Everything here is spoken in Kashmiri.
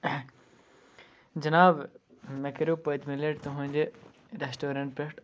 جِناب مےٚ کریو پٔتمہِ لٹہِ تُہُنٛدِ ریسٹورنٛٹ پٮ۪ٹھ